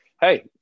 hey